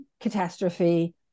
catastrophe